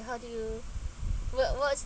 how do you what what's